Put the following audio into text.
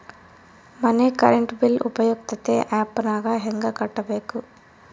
ಮನೆ current bill ಉಪಯುಕ್ತತೆ app ನಾಗ ಹೆಂಗ ಕಟ್ಟಬೇಕು?